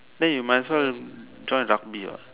then you might as well join rugby what